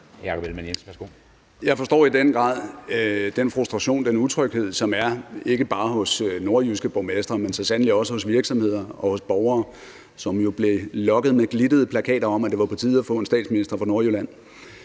Jeg forstår i den grad den frustration og den utryghed, som der er, ikke bare hos nordjyske borgmestre, men så sandelig også hos virksomheder og hos borgere, som jo blev lokket med glittede plakater om, at det var på tide at få en statsminister fra